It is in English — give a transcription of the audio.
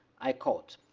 i quote,